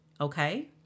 okay